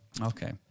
Okay